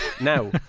Now